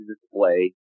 display